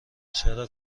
چرا